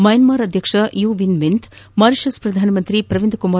Myanmar ಅಧ್ಯಕ್ಷ U Win Myint Mauritius ಪ್ರಧಾನಿ ಪ್ರವಿಂದ್ ಕುಮಾರ್